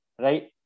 right